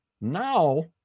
Now